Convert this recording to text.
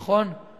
נכון?